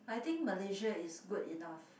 I think Malaysia is good enough